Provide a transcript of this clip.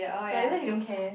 ya that why he don't care